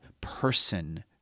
person